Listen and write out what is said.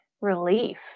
relief